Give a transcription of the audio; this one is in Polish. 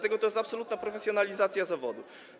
To jest absolutna profesjonalizacja zawodu.